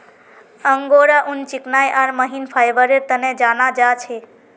angora ऊन चिकनाई आर महीन फाइबरेर तने जाना जा छे